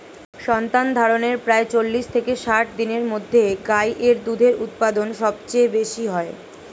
সন্তানধারণের প্রায় চল্লিশ থেকে ষাট দিনের মধ্যে গাই এর দুধের উৎপাদন সবচেয়ে বেশী হয়